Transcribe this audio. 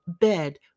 bed